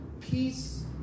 Peace